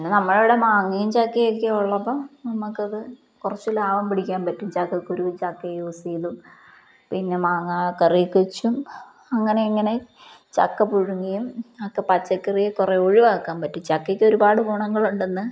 പിന്നെ നമ്മളിവിടെ മാങ്ങയും ചക്കയും ഒക്കെയുള്ളപ്പോള് നമുക്കതു കുറച്ചു ലാഭം പിടിക്കാൻ പറ്റും ചക്കക്കുരു ചക്ക യൂസെയ്തും പിന്നെ മാങ്ങാ കറിയൊക്കെ വച്ചും അങ്ങനെ ഇങ്ങനെ ചക്ക പുഴുങ്ങിയും ഒക്കെ പച്ചക്കറിയെ കുറേ ഒഴിവാക്കാൻ പറ്റും ചക്കയ്ക്ക് ഒരുപാടു ഗുണങ്ങളുണ്ടെന്ന്